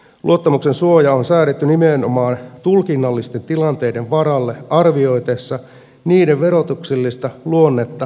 luottamuksensuoja on säädetty nimenomaan tulkinnallisten tilanteiden varalle arvioitaessa niiden verotuksellista luonnetta jälkikäteen